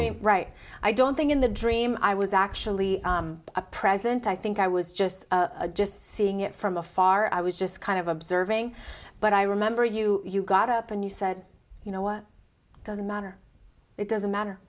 newsroom right i don't think in the dream i was actually a president i think i was just a just seeing it from afar i was just kind of observing but i remember you you got up and you said you know what it doesn't matter it doesn't matter